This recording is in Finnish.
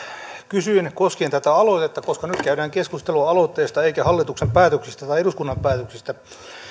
kysyn koskien tätä aloitetta koska nyt käydään keskustelua aloitteesta eikä hallituksen päätöksistä tai eduskunnan päätöksistä